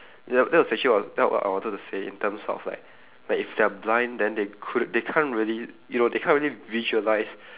ya that was actually what that I wanted to say in terms of like like if they're blind then they cou~ they can't really you know they can't really visualise